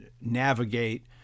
navigate